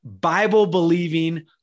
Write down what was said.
Bible-believing